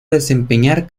desempeñar